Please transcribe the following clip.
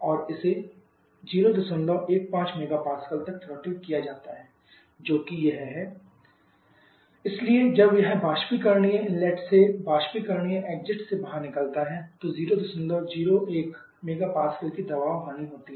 और इसे 015 MPa तक थ्रोटल किया जाता है जो कि यह है इसलिए जब यह बाष्पीकरणीय इनलेट से बाष्पीकरणीय एग्जिट से बाहर निकलता है तो 001 MPa की दबाव हानि होती है